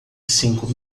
cinco